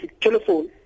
telephone